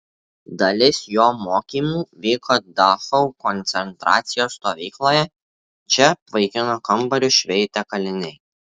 dalis jo mokymų vyko dachau koncentracijos stovykloje čia vaikino kambarius šveitė kaliniai